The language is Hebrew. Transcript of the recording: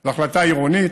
זו החלטה עירונית,